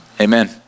amen